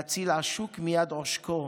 להציל עשוק מיד עושקו,